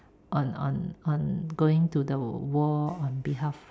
on on on going to the war on behalf